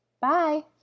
Bye